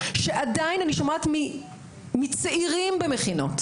מצעירים במכינות